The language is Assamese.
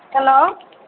হেল্ল'